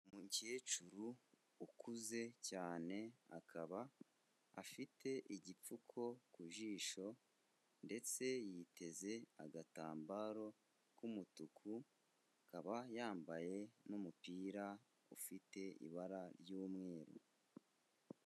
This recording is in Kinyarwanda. Umukecuru ukuze cyane, akaba afite igipfuko ku jisho ndetse yiteze agatambaro k'umutuku, akaba yambaye umupira, ufite ibara ry'umweru.